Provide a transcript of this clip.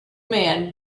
man